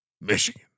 Michigan